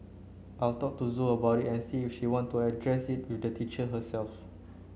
I'll talk to Zoe about it and see if she wants to address it with the teacher herself